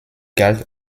galt